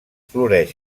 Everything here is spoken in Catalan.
floreix